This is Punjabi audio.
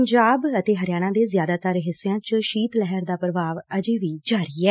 ਪੰਜਾਬ ਅਤੇ ਹਰਿਆਣਾ ਦੇ ਜ਼ਿਆਦਾਤਰ ਹਿੱਸਿਆਂ ਚ ਸ਼ੀਤ ਲਹਿਰ ਦਾ ਪ੍ਰਭਾਵ ਅਜੇ ਵੀ ਜਾਰੀ ਐ